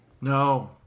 No